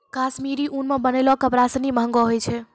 कश्मीरी उन सें बनलो कपड़ा सिनी महंगो होय छै